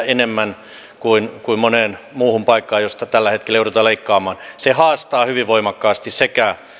enemmän kuin kuin moneen muuhun paikkaan josta tällä hetkellä joudutaan leikkaamaan se haastaa hyvin voimakkaasti sekä